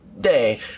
day